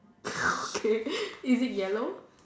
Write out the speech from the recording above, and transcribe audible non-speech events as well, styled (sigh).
(laughs) okay is it yellow